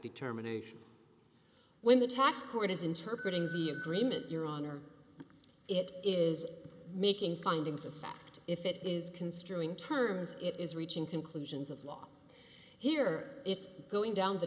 determination when the tax court has interpreted the agreement your honor it is making findings of fact if it is construing terms it is reaching conclusions of law here it's going down the